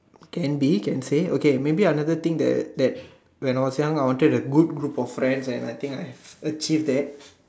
can be can say okay maybe another thing that that when I was young I wanted good group of friends and I think I have achieved that